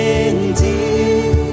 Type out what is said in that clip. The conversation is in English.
indeed